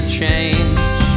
change